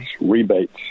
rebates